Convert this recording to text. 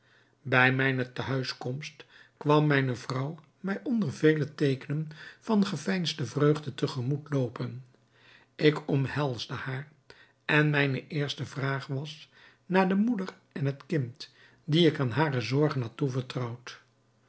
bij mijne tehuiskomst kwam mijne vrouw mij onder vele teekenen van geveinsde vreugde te gemoet loopen ik omhelsde haar en mijne eerste vraag was naar de moeder en het kind die ik aan hare zorgen had toevertrouwd